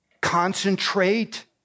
concentrate